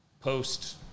post